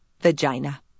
vagina